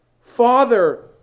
Father